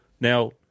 now